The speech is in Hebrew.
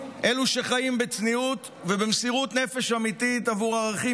אלו שחיים בצניעות ובמסירות נפש אמיתית עבור ערכים